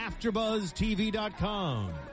AfterBuzzTV.com